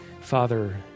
Father